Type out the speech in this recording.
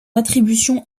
attribution